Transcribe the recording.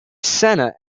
sena